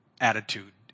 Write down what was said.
attitude